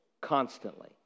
constantly